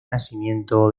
nacimiento